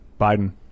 Biden